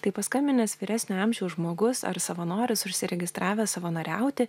tai paskambinęs vyresnio amžiaus žmogus ar savanoris užsiregistravęs savanoriauti